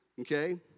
okay